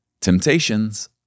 temptations